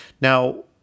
Now